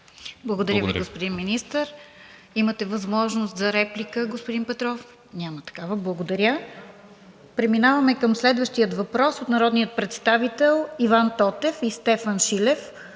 Благодаря, господин Министър. Имате възможност за реплика, господин Петров. Няма такава. Благодаря. Преминаваме към следващия въпрос от народните представители Иван Тотев и Стефан Шилев